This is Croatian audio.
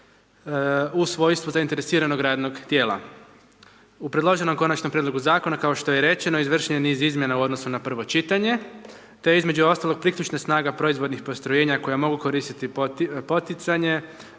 u svojstvu zainteresiranog radnog tijela. U predloženom konačnom prijedlogu zakona, kao što je rečeno, izvršeno je niz izmjena u odnosu na prvo čitanje, te je između ostalog priključna snaga proizvodnih postrojenja koje mogu koristiti poticanje,